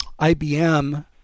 IBM